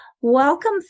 Welcome